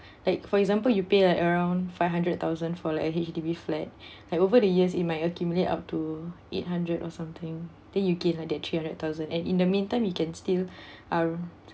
like for example you pay like around five hundred thousand for like a H_D_B flat like over the years it might accumulate up to eight hundred or something then you gain lah that three hundred thousand and in the meantime you can still ar~